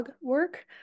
work